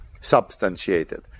substantiated